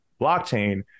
blockchain